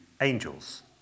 angels